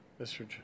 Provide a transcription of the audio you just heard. Mr